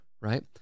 right